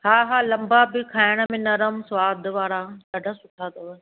हा हा लम्बा बि खाइण में नरम स्वाद वारा ॾाढा सुठा अथव